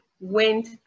went